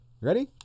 Ready